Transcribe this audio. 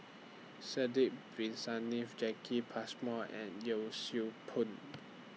Sidek Bin Saniff Jacki Passmore and Yee Siew Pun